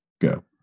Go